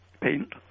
paint